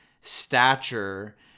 stature